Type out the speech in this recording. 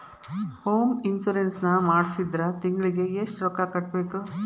Home insurance ನ ಮಾಡ್ಸಿದ್ರ ತಿಂಗ್ಳಿಗೆ ಎಷ್ಟ್ ರೊಕ್ಕಾ ಕಟ್ಬೇಕ್?